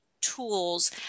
tools